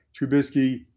trubisky